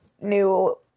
new